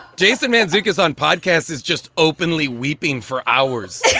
jason man zeke is on podcast is just openly weeping for hours,